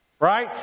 Right